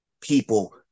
people